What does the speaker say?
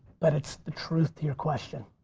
but it's the truth to your question.